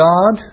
God